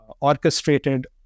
orchestrated